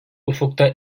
ufukta